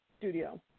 studio